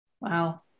Wow